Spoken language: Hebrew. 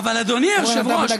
אבל אדוני היושב-ראש,